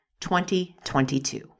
2022